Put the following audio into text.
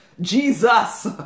Jesus